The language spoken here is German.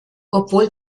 obwohl